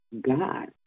God